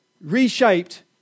reshaped